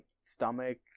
stomach